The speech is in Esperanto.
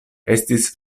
estis